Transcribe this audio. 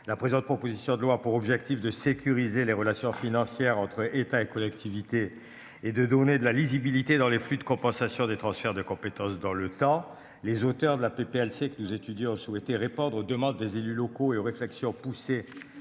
la présente, proposition de loi pour objectif de sécuriser les relations financières entre État et collectivités et de donner de la lisibilité dans les flux de compensation des transferts de compétences dans le temps. Les auteurs de la PPL, c'est que nous étudions souhaité répondre aux demandes des élus locaux et aux réflexions poussées